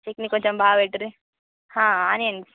చట్నీ కొంచెం బాగా పెట్టుర్రి ఆనియన్స్